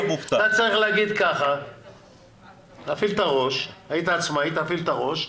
אנדרי, תפעיל את הראש, היית עצמאי, תפעיל את הראש: